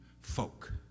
folk